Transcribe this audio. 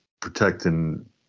protecting